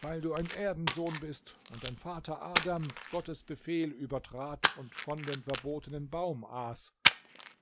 weil du ein erdensohn bist und dein vater adam gottes befehl übertrat und von dem verbotenen baum aß